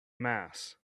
mass